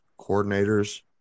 coordinators